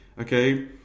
Okay